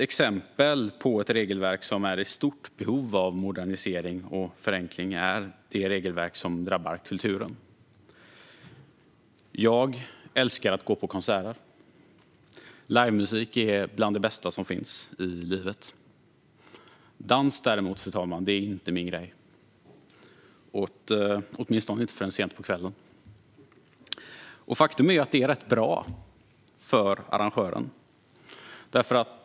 Exempel på ett regelverk som är i stort behov av modernisering och förenkling är det som drabbar kulturen. Jag älskar att gå på konserter. Livemusik är bland det bästa som finns i livet. Dans är däremot inte min grej, åtminstone inte förrän sent på kvällen. Faktum är att det är rätt bra för arrangören.